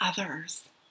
others